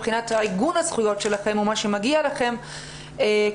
מבחינת עיגון הזכויות שלכן או מה שמגיע לכן כעובדות